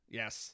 yes